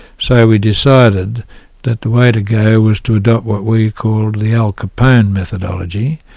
so we decided that the way to go was to adopt what we called the al capone methodology,